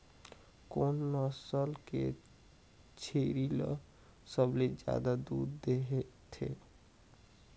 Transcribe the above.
कोन नस्ल के छेरी ल सबले ज्यादा दूध देथे?